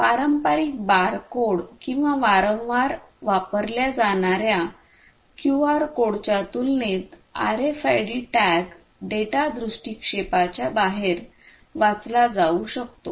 पारंपारिक bar code किंवा वारंवार वापरल्या जाणार्या क्यूआर कोडच्या तुलनेत आरएफआयडी टॅग डेटा दृष्टीक्षेपाच्या बाहेर वाचला जाऊ शकतो